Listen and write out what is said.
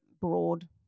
broad